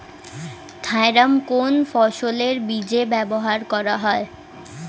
Thiram কোন ফসলের বীজে ব্যবহার করা হয়?